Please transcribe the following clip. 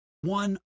one